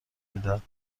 میدهد